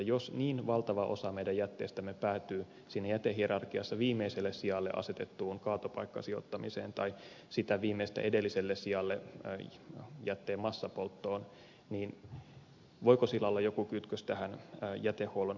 jos niin valtava osa meidän jätteestämme päätyy siinä jätehierarkiassa viimeiselle sijalle asetettuun kaatopaikkasijoittamiseen tai viimeistä edelliselle sijalle jätteen massapolttoon niin voiko sillä olla joku kytkös tähän jätehuollon organisoimisen tapaan